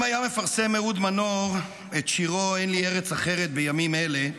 אם היה מפרסם אהוד מנור את שירו "אין לי ארץ אחרת" בימים אלה,